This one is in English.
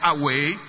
away